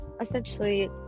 essentially